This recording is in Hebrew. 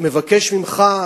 מבקש ממך,